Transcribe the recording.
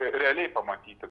realiai pamatyti